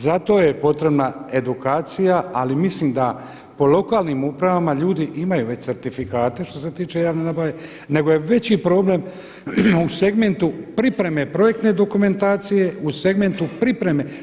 Zato je potrebna edukacija, ali mislim da po lokalnim upravama ljudi imaju već certifikate što se tiče javne nabave, nego je veći problem u segmentu pripreme projektne dokumentacije u segmentu pripreme.